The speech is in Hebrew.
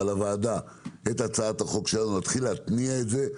לוועדה את הצעת החוק, להתחיל להתניע את זה.